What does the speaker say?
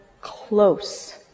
close